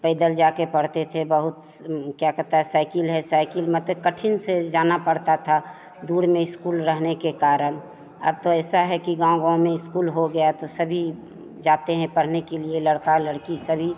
पैदल जाकर पढ़ते थे बहुत क्या कहता साइकिल है साइकिल मते कठिन से जाना पड़ता था दूर में इस्कूल रहने के कारण अब तो ऐसा है कि गाँव गाँव में इस्कूल हो गया तो सभी जाते हैं पढ़ने के लिए लड़का लड़की सभी